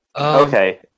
Okay